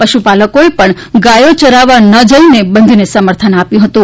પશુપાલકોએ પણ ગાયો ચરાવવા ન જઈને બંધને સમર્થન આપ્યું હતું